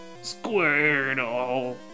Squirtle